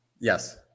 Yes